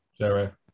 Jerry